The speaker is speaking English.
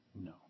No